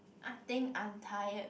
I think I'm tired